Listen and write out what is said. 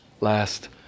last